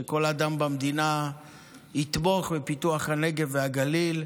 כל אדם במדינה יתמוך בפיתוח הנגב והגליל,